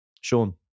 Sean